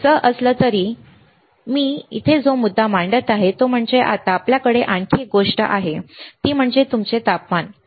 पण असं असलं तरी मी इथे जो मुद्दा मांडत आहे तो म्हणजे आता आपल्याकडे आणखी एक गोष्ट आहे ती म्हणजे तुमचे तापमान